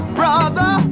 brother